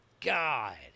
God